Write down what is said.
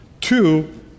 Two